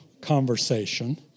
conversation